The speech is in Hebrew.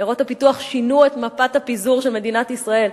עיירות הפיתוח שינו את מפת הפיזור של מדינת ישראל,